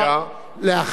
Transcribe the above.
לבדואים בצפון,